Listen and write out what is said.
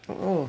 for all